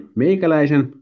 meikäläisen